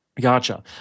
Gotcha